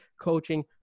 coaching